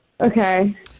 Okay